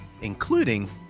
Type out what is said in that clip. including